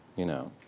you know?